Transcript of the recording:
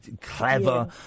clever